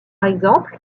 exemple